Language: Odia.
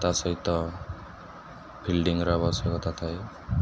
ତା ସହିତ ଫିଲ୍ଡିଂର ଆବଶ୍ୟକତା ଥାଏ